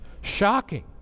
shocking